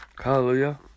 Hallelujah